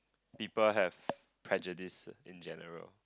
people have prejudice in general